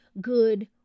good